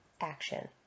action